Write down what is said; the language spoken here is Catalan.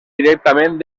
directament